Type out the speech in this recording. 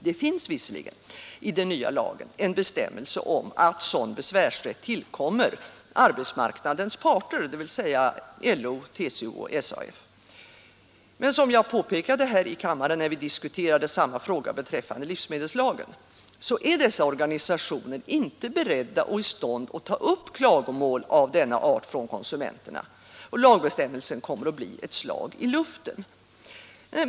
Det finns visserligen i den nya lagen en bestämmelse om att sådan besvärsrätt tillkommer arbetsmarknadens parter, dvs. LO, TCO och SAF. Men som jag påpekade här i kammaren när vi diskuterade samma fråga beträffande livsmedelslagen, är dessa organisationer inte beredda eller i stånd att ta upp klagomål av denna art från konsumenterna, och lagbestämmelsen kommer att bli ett slag i luften.